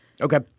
Okay